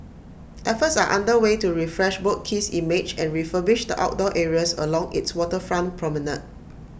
efforts are under way to refresh boat Quay's image and refurbish the outdoor areas along its waterfront promenade